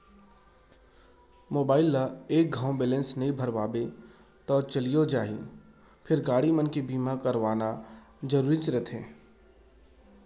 mobile ल एक घौं बैलेंस नइ भरवाबे तौ चलियो जाही फेर गाड़ी मन के बीमा करवाना जरूरीच रथे